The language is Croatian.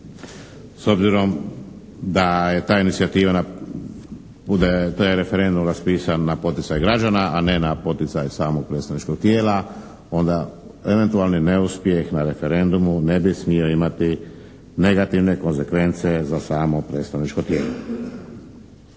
S obzirom da je ta inicijativa bude, taj referendum raspisan na poticaj građana, a ne na poticaj samog predstavničkog tijela onda eventualni neuspjeh na referendumu ne bi smio imati negativne konsekvence za samo predstavničko tijelo.